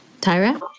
Tyra